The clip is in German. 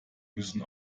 müssen